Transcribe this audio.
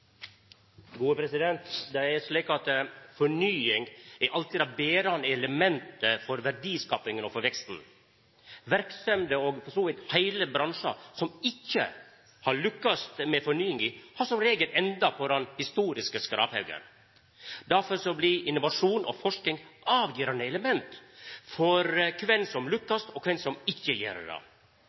slik at fornying alltid har vore det berande elementet for verdiskapinga og for veksten. Verksemder og for så vidt heile bransjar som ikkje har lukkast med fornyinga, har som regel enda på den historiske skraphaugen. Difor blir innovasjon og forsking avgjerande element for kven som lukkast, og kven som ikkje gjer det.